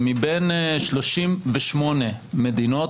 שמבין 38 מדינות,